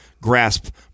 grasp